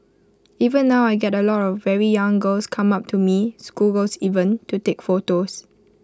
even now I get A lot of very young girls come up to me schoolgirls even to take photos